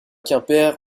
quimper